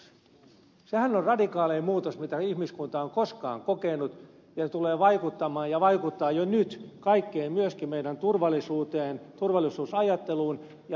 sehän on radikaalein muutos mitä ihmiskunta on koskaan kokenut ja se tulee vaikuttamaan ja vaikuttaa jo nyt kaikkeen myöskin meidän turvallisuuteemme turvallisuusajatteluumme ja voimapolitiikan mahdollisuuksiimme